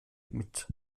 mit